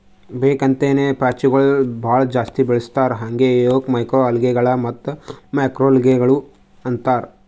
ಬೇಕ್ ಅಂತೇನೆ ಪಾಚಿಗೊಳ್ ಭಾಳ ಜಾಸ್ತಿ ಬೆಳಸ್ತಾರ್ ಹಾಂಗೆ ಇವುಕ್ ಮೈಕ್ರೊಅಲ್ಗೇಗಳ ಮತ್ತ್ ಮ್ಯಾಕ್ರೋಲ್ಗೆಗಳು ಅಂತಾರ್